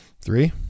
Three